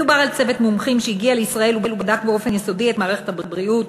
מדובר על צוות מומחים שהגיע לישראל ובדק באופן יסודי את מערכת הבריאות,